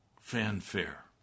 fanfare